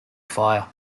fire